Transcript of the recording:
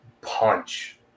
punch